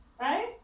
right